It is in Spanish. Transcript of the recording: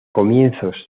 comienzos